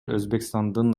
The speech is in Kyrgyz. өзбекстандын